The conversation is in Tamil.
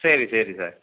சரி சரி சார்